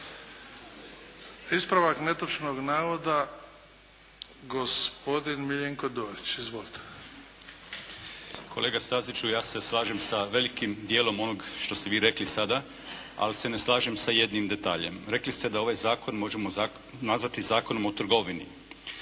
Ispravak netočnog navoda gospodin Miljenko Dorić. Izvolite. **Dorić, Miljenko (HNS)** Kolega Staziću, ja se slažem sa velikim dijelom onoga što ste vi rekli sada, ali se ne slažem sa jednim detaljem. Rekli ste da ovaj zakon možemo nazvati zakonom o trgovini.